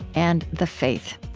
and the faith.